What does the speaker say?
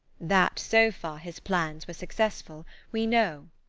that, so far, his plans were successful we know.